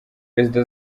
perezida